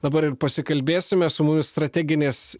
dabar ir pasikalbėsime su mumis strateginės